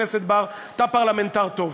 חבר הכנסת בר, אתה פרלמנטר טוב.